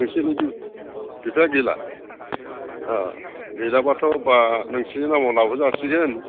नोंसोरनि बिफाया गैला गैलाब्लाथ' होनब्ला नोंसिनि नामाव लाबो जासिगोन